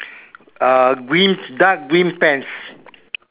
uh green dark green pants